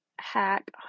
hack